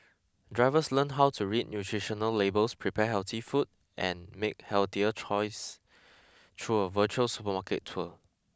drivers learn how to read nutritional labels prepare healthy food and make healthier choice through a virtual supermarket tour